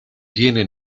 tiene